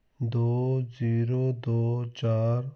ਦੋ ਜੀਰੋ ਦੋ ਚਾਰ